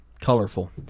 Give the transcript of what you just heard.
Colorful